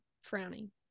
frowning